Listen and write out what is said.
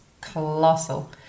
colossal